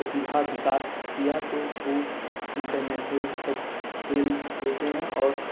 प्रतिभा विकास किया तो वो इंटरनेशनल तक खेल खेलते हैं और